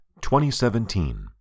2017